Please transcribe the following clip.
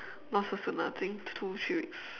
not so soon ah I think two three weeks